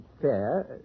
Fair